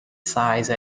size